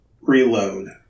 reload